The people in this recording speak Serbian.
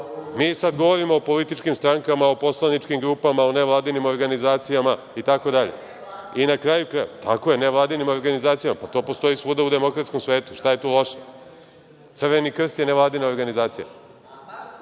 Mi sada govorimo o političkim strankama, o poslaničkim grupama, o nevladinim organizacijama i tako dalje.(Vjerica Radeta: Nevladine organizacije…)Tako je, nevladinim organizacijama. Pa, to postoji svuda u demokratskom svetu. Šta je tu loše? Crveni krst je nevladina organizacija.(Vjerica